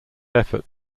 effort